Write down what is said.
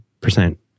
percent